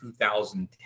2010